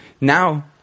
Now